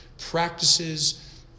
practices